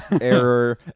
Error